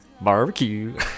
barbecue